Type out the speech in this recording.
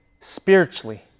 spiritually